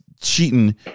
cheating